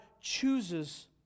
chooses